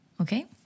Okay